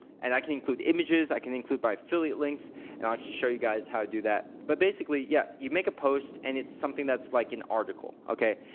and i can click images, i can include by affiliate links and i'll actually show you guys how to do that. but basically yeah, you make a post and it's something that's like an article, okay?